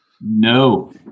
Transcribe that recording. No